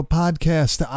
podcast